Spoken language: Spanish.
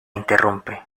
interrumpe